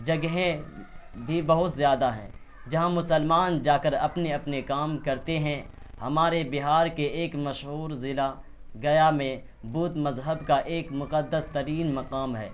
جگہیں بھی بہت زیادہ ہیں جہاں مسلمان جا کر اپنے اپنے کام کرتے ہیں ہمارے بہار کے ایک مشہور ضلع گیا میں بودھ مذہب کا ایک مقدس ترین مقام ہے